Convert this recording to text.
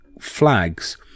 flags